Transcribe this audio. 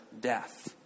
death